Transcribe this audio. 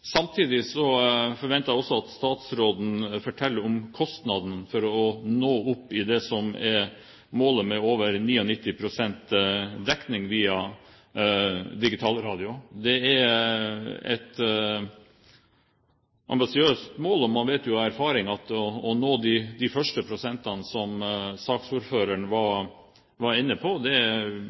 Samtidig forventer jeg også at statsråden forteller hva kostnaden er for å nå det som er målet – over 99 pst. dekning via digitalradio. Det er et ambisiøst mål. Man vet av erfaring at det å nå de første prosentene, som saksordføreren var inne på, ligger på mange måter inne, mens det er